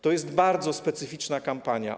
To jest bardzo specyficzna kampania.